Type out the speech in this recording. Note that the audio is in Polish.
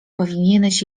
powinieneś